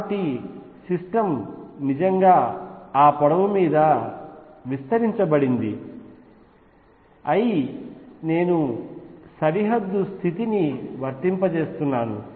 కాబట్టి సిస్టమ్ నిజంగా ఆ పొడవు మీద విస్తరించబడింది l నేను సరిహద్దు స్థితిని వర్తింపజేస్తున్నాను